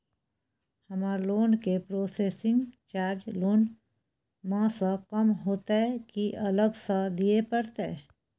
हमर लोन के processing charge loan म स कम होतै की अलग स दिए परतै?